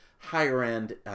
higher-end